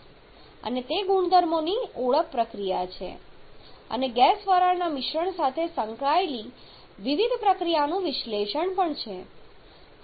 અને તે ગુણધર્મોની ઓળખ પ્રક્રિયા છે અને ગેસ વરાળના મિશ્રણ સાથે સંકળાયેલી વિવિધ પ્રક્રિયાઓનું વિશ્લેષણ પણ છે